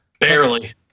Barely